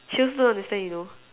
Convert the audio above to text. she also don't understand you know